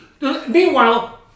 Meanwhile